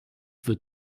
wird